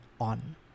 on